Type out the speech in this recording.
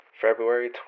February